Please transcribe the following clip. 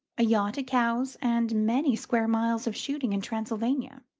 a yacht at cowes, and many square miles of shooting in transylvania.